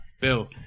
Bill